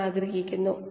025 gram